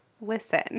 Listen